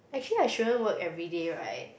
actually I shouldn't work everyday right